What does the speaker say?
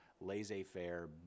laissez-faire